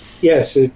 Yes